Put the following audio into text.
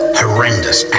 horrendous